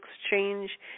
exchange